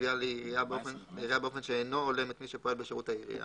גבייה לעירייה באופן שאינו הולם את מי שפועל בשירות העירייה,